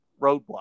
Roadblock